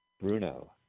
Bruno